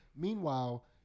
Meanwhile